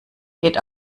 geht